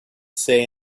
say